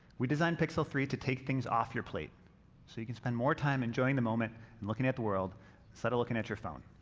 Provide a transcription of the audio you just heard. we designed pixel three to take things off your plate so you can spend more time enjoying the moment and looking at the world instead of looking at your phone.